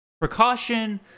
precaution